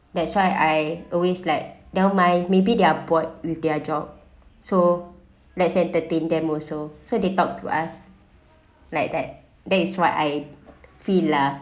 that's why I always like nevermind maybe they're bored with their job so let's entertain them also so they talk to us like that that is what I feel lah